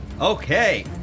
Okay